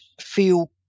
feel